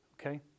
Okay